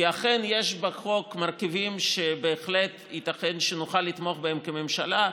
כי אכן יש בחוק מרכיבים שבהחלט ייתכן שנוכל לתמוך בהם בממשלה.